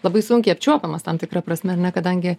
labai sunkiai apčiuopiamas tam tikra prasme ar ne kadangi